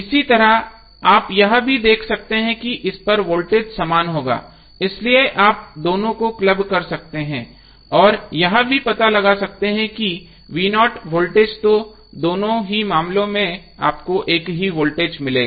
इसी तरह आप यह भी देख सकते हैं कि इस पर वोल्टेज समान होगा इसलिए आप दोनों को क्लब कर सकते हैं और यह भी पता लगा सकते हैं कि वोल्टेज तो दोनों ही मामलों में आपको एक ही वोल्टेज मिलेगा